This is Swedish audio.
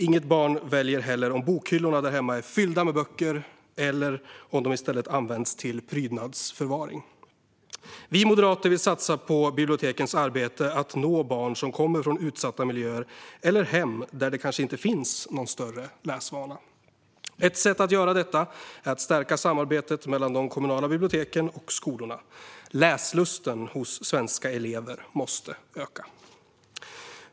Inget barn väljer heller om bokhyllorna där hemma är fyllda med böcker eller om de i stället används till prydnadsförvaring. Vi moderater vill satsa på bibliotekens arbete med att nå barn som kommer från utsatta miljöer eller från hem där det kanske inte finns någon större läsvana. Ett sätt att göra detta är att stärka samarbetet mellan de kommunala biblioteken och skolorna. Läslusten hos svenska elever måste öka!